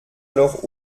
alors